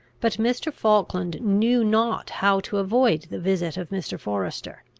but mr. falkland knew not how to avoid the visit of mr. forester.